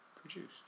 produced